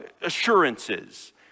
assurances